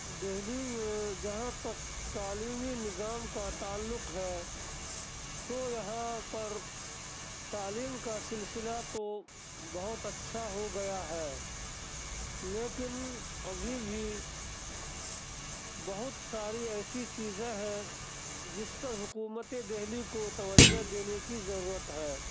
دہلی میں جہاں تک تعلیمی نظام کا تعلق ہے تو یہاں پر تعلیم کا سلسلہ تو بہت اچھا ہو گیا ہے لیکن ابھی بھی بہت ساری ایسی چیزیں ہیں جس پہ حکومت دہلی کو توجہ دینی کی ضرورت ہے